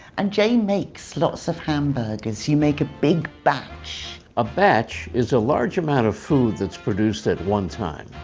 and jay makes lots of hamburgers. you make a big batch. a batch is a large amount of food that's produced at one time.